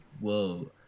whoa